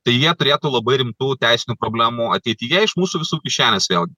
tai jie turėtų labai rimtų teisinių problemų ateityje iš mūsų visų kišenės vėlgi